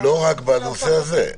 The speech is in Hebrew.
לא רק בנושא הזה.